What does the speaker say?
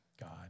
God